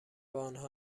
آنها